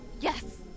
Yes